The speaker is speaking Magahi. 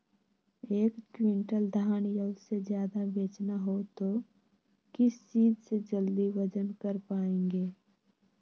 एक क्विंटल धान या उससे ज्यादा बेचना हो तो किस चीज से जल्दी वजन कर पायेंगे?